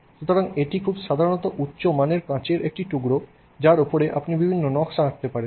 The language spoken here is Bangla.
সুতরাং এটি সাধারণত খুব উচ্চ মানের কাচের একটি টুকরো যার উপর আপনি বিভিন্ন নকশা আঁকতে পারেন